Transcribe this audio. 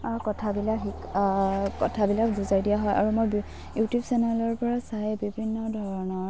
কথাবিলাক শিকা কথাবিলাক বুজাই দিয়া হয় আৰু মই ইউটিউব চেনেলৰ পৰা চাই বিভিন্ন ধৰণৰ